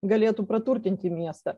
galėtų praturtinti miestą